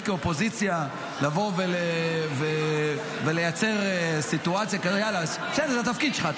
כאופוזיציה לבוא ולייצר סיטואציה זה התפקיד שלך,